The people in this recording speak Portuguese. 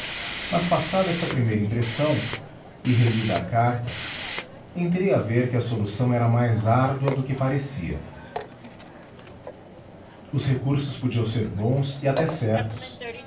mas passada essa primeira impressão e relida a carta entrei a ver que a solução era mais árdua do que parecia os recursos podiam ser bons e até certos